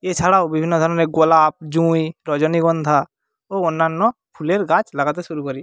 এছাড়াও বিভিন্ন ধরনের গোলাপ জুঁই রজনীগন্ধা ও অন্যান্য ফুলের গাছ লাগাতে শুরু করি